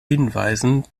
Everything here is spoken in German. hinweisen